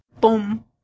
Boom